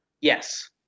Yes